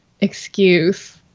excuse